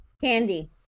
candy